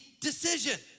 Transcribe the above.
decision